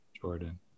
Jordan